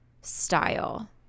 style